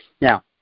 Now